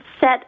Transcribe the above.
set